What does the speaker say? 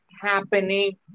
happening